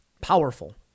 powerful